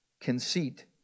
Conceit